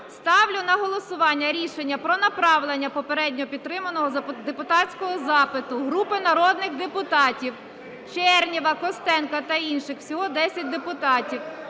ставлю на голосування рішення про направлення попередньо підтриманого депутатського запиту групи народних депутатів (Чернєва, Костенка та інших. Всього 10 депутатів)